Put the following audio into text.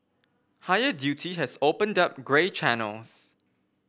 higher duty has opened up grey channels